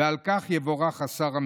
ועל כך יבורך השר,